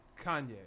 Kanye